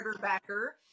backer